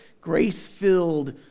grace-filled